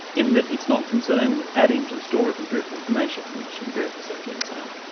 in that it's not concerned with adding to the store of empirical information, which empirical subjects are.